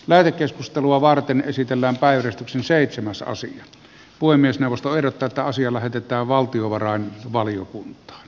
lähetekeskustelua varten esitellä päivystyksen seitsemän soosin puhemiesneuvosto eroteta asia lähetetään valtiovarainvaliokuntaan